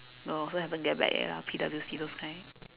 no so haven't get back yet ah P_W_C those kind